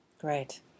Great